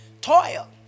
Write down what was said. toil